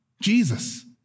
Jesus